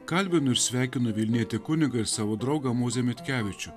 kalbinu ir sveikinu vilnietį kunigą ir savo draugą mozę mitkevičių